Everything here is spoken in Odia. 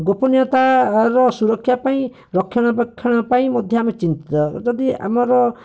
ଗୋପନୀୟତା'ର ସୁରକ୍ଷାପାଇଁ ରକ୍ଷଣବ୍ୟକ୍ଷଣ ପାଇଁ ମଧ୍ୟ ଆମେ ଚିନ୍ତିତ ଯଦି ଆମର